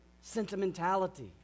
sentimentality